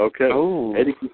Okay